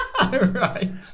Right